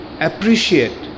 appreciate